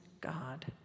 God